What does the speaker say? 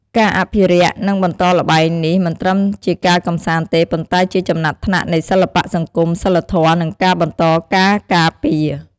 ការអភិរក្ស និងបន្តល្បែងនេះ មិនត្រឹមជាការកម្សាន្តទេ ប៉ុន្តែជាចំណាត់ថ្នាក់នៃសិល្បៈសង្គម សីលធម៌ និងការបន្តការការពារ។